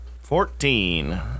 fourteen